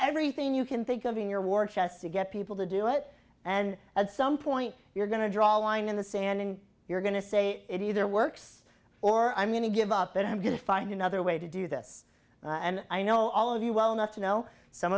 everything you can think of in your war chest to get people to do it and at some point you're going to draw a line in the sand and you're going to say it either works or i'm going to give up that i'm going to find another way to do this and i know all of you well enough to know some